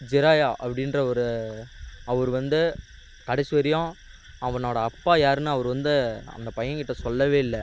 ஜெரையா அப்படின்ற ஒரு அவர் வந்து கடைசி வரையும் அவனோடய அப்பா யாருன்னு அவர் வந்து அந்த பையன் கிட்ட சொல்லவே இல்லை